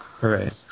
right